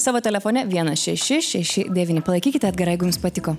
savo telefone vienas šeši šeši devyni palaikykite edgarą jeigu jums patiko